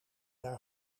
daar